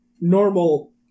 normal